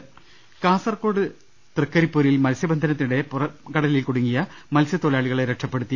രദേഷ്ടെടു കാസർകോട് തൃക്കരിപ്പൂരിൽ മത്സ്യബന്ധനത്തിനിടെ പുറംകടലിൽ കുടു ങ്ങിയ മത്സ്യതൊഴിലാളികളെ രക്ഷപ്പെടുത്തി